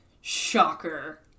Shocker